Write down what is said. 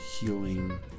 healing